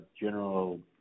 general